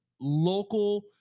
local